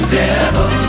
devil